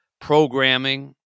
programming